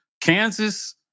Kansas